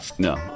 No